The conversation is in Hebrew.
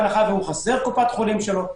בהנחה שהוא חסר קופת חולים שלו.